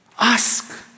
Ask